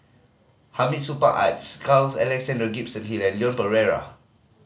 Hamid Supaat Carl Alexander Gibson Hill and Leon Perera